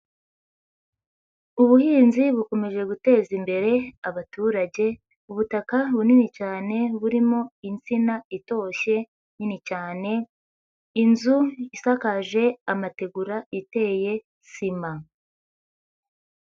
Ubuhinzi bukomeje guteza imbere abaturage, ubutaka bunini cyane burimo insina itoshye nini cyane, inzu isakaje amategura iteye sima.